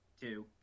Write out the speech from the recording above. Two